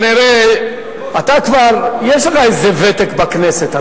אתה כבר יש לך איזה ותק בכנסת,